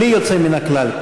בלי יוצא מן הכלל,